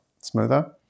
smoother